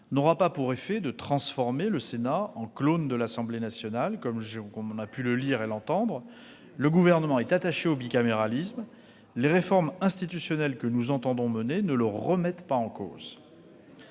n'aura pas pour effet de transformer le Sénat en « clone » de l'Assemblée nationale, comme j'ai pu le lire et l'entendre. Si ! Le Gouvernement est attaché au bicaméralisme. Les réformes institutionnelles que nous entendons mener ne le remettent pas en cause.